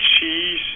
cheese